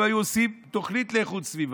הם היו עושים תוכנית לאיכות סביבה,